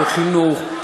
בחינוך,